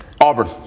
Auburn